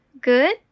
good